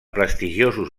prestigiosos